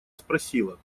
спросила